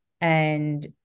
and-